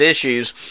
issues